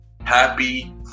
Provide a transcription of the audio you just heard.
Happy